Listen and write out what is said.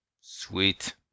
Sweet